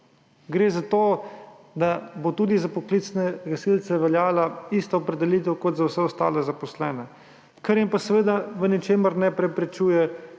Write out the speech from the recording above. Gre za to, da bo tudi za poklicne gasilce veljala ista opredelitev kot za vse ostale zaposlene, kar jim pa seveda v ničemer ne preprečuje,